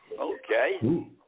Okay